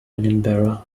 edinburgh